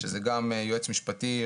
שזה גם יועץ משפטי,